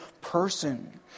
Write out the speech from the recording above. person